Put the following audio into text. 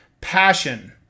Passion